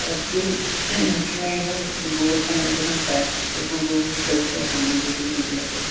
سر actually چھُ مےٚ یہِ حظ دوٗر پَہم گَژھان ٹرٛیفکَس مَنٛز روٗدُس بہٕ پھٔسِتھ حظ تمہِ موٗجوٗب گوٚو مےٚ لیٹ حظ